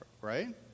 right